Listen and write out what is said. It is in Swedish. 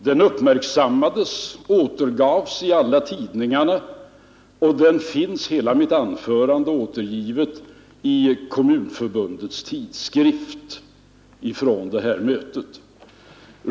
Det uppmärksammades och återgavs i alla tidningar, och hela mitt anförande vid mötet finns infört i Kommunförbundets tidskrift.